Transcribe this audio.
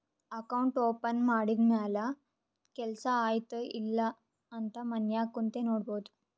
account open ಮಾಡಿದ ಮ್ಯಾಲ ಕೆಲ್ಸಾ ಆಯ್ತ ಇಲ್ಲ ಅಂತ ಮನ್ಯಾಗ್ ಕುಂತೆ ನೋಡ್ಬೋದ್